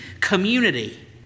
community